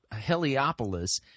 Heliopolis